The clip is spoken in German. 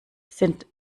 sind